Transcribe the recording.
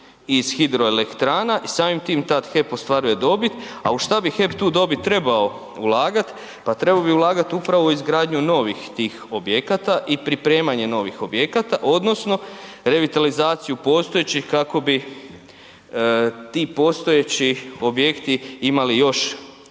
iz hidroelektrana i samim time tad HEP ostvaruje dobit a u šta bi HEP tu dobit trebao ulagati? Pa trebao bi ulagati upravo u izgradnju novih tih objekata i pripremanje novih objekata odnosno revitalizaciju postojećih kako bi ti postojeći objekti imali još